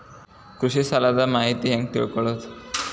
ಕೃಷಿ ಸಾಲದ ಮಾಹಿತಿ ಹೆಂಗ್ ತಿಳ್ಕೊಳ್ಳೋದು?